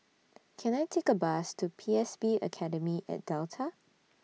Can I Take A Bus to P S B Academy At Delta